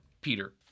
Peter